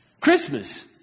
Christmas